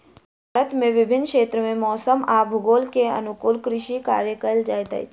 भारत के विभिन्न क्षेत्र में मौसम आ भूगोल के अनुकूल कृषि कार्य कयल जाइत अछि